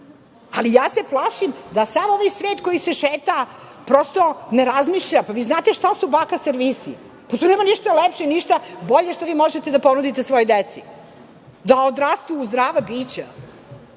Ali, ja se plašim da sav ovaj svet koji se šeta, prosto ne razmišlja. Vi znate šta su baka servisi? Pa tu nema ništa lepše, ništa bolje što vi možete da ponudite svojoj deci, da odrastu u zdrava bića.